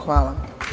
Hvala.